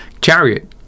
chariot